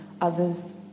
others